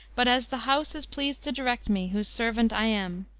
but as the house is pleased to direct me, whose servant i am.